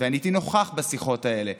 ואני הייתי נוכח בשיחות האלה,